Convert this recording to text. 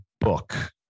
book